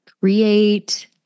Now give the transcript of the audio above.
create